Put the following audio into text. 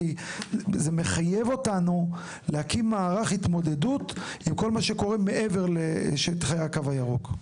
כי זה מחייב אותנו להקים מערך התמודדות לכל מה שקורה מעבר לקו הירוק.